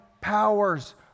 powers